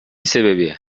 себеби